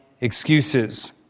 excuses